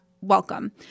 welcome